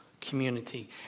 community